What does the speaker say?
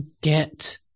get